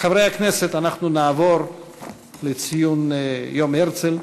חברי הכנסת, אנחנו נעבור לציון יום הרצל.